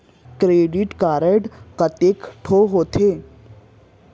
Credit card कतेक ठोक होथे?